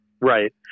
Right